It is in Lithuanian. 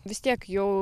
vis tiek jau